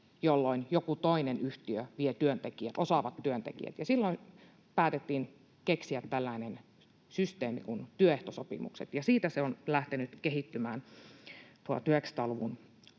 jolloin joku toinen yhtiö vie osaavat työntekijät, ja silloin päätettiin keksiä tällainen systeemi kuin työehtosopimukset, ja siitä se on lähtenyt kehittymään 1900-luvun alun